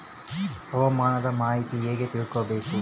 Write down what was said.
ಹವಾಮಾನದ ಮಾಹಿತಿ ಹೇಗೆ ತಿಳಕೊಬೇಕು?